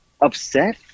upset